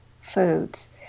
foods